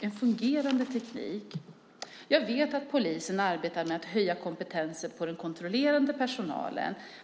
en fungerande, teknik erbjudas. Jag vet att polisen arbetar med att höja den kontrollerande personalens kompetens.